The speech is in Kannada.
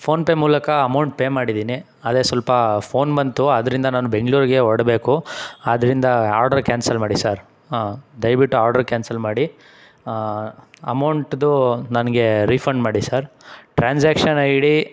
ಫೋನ್ಪೇ ಮೂಲಕ ಅಮೌಂಟ್ ಪೇ ಮಾಡಿದ್ದೀನಿ ಆದರೆ ಸ್ವಲ್ಪ ಫೋನ್ ಬಂತು ಆದ್ದರಿಂದ ನಾನು ಬೆಂಗಳೂರಿಗೆ ಹೊರ್ಡ್ಬೇಕು ಆದ್ದರಿಂದ ಆರ್ಡರ್ ಕ್ಯಾನ್ಸಲ್ ಮಾಡಿ ಸರ್ ಹಾಂ ದಯವಿಟ್ಟು ಕ್ಯಾನ್ಸಲ್ ಮಾಡಿ ಅಮೌಂಟ್ದು ನನಗೆ ರೀಫಂಡ್ ಮಾಡಿ ಸರ್ ಟ್ರಾನ್ಸಾಕ್ಷನ್ ಐ ಡಿ